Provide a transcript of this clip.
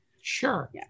Sure